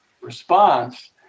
response